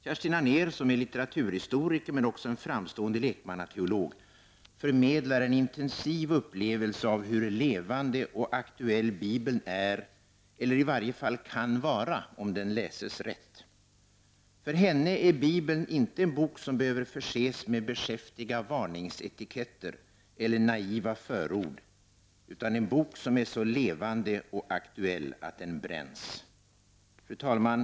Kerstin Anér, som är litteraturhistoriker men också en framgångsrik lekmannateolog, förmedlar en intensiv upplevelse av hur levande och aktuell Bibeln är, eller i varje fall kan vara, om den läses rätt. För henne är Bibeln inte en bok som behöver förses med beskäftiga varningsetiketter eller naiva förord utan en bok som är så levande och aktuell att den bränns. Fru talman!